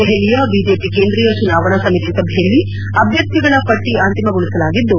ದೆಹಲಿಯ ಬಿಜೆಪಿ ಕೇಂದ್ರೀಯ ಚುನಾವಣಾ ಸಮಿತಿ ಸಭೆಯಲ್ಲಿ ಅಭ್ಯರ್ಥಿಗಳ ಪಟ್ನ ಅಂತಿಮಗೊಳಿಸಲಾಗಿದ್ದು